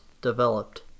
developed